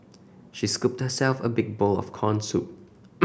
she scooped herself a big bowl of corn soup